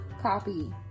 copy